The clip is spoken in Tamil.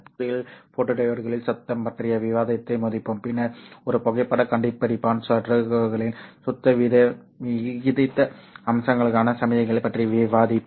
இந்த தொகுதியில் ஃபோட்டோடியோட்களில் சத்தம் பற்றிய விவாதத்தை முடிப்போம் பின்னர் ஒரு புகைப்படக் கண்டுபிடிப்பான் சுற்றுகளின் சத்தம் விகித அம்சங்களுக்கான சமிக்ஞையைப் பற்றி விவாதிப்போம்